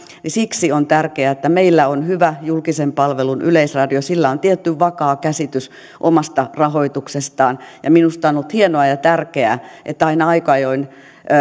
niin siksi on tärkeää että meillä on hyvä julkisen palvelun yleisradio sillä on tietty vakaa käsitys omasta rahoituksestaan minusta on ollut hienoa ja tärkeää että aina aika ajoin